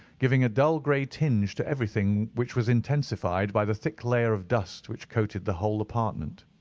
giving a dull grey tinge to everything, which was intensified by the thick layer of dust which coated the whole apartment.